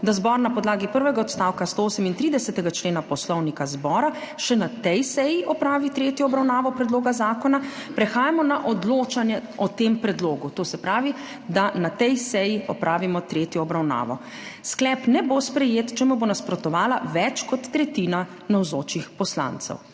da zbor na podlagi prvega odstavka 138. člena Poslovnika zbora še na tej seji opravi tretjo obravnavo predloga zakona, prehajamo na odločanje o tem predlogu, to se pravi, da na tej seji opravimo tretjo obravnavo. Sklep ne bo sprejet, če mu bo nasprotovala več kot tretjina navzočih poslancev.